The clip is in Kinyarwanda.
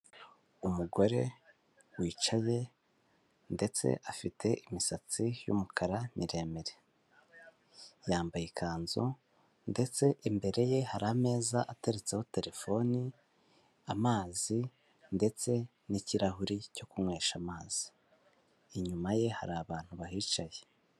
Umugore wicaye ndetse afite imisatsi y'umukara miremire, yambaye ikanzu ndetse imbere ye hari ameza ateretseho terefone, amazi, ndetse n'kirahuri cyo kunywesha amazi. Inyuma ye hari abantu bahicaye.